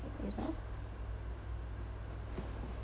you know